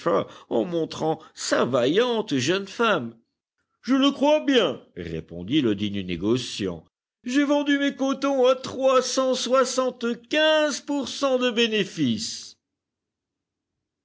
en montrant sa vaillante jeune femme je le crois bien répondit le digne négociant j'ai vendu mes cotons à trois cent soixante-quinze pour cent de bénéfice